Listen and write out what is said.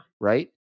right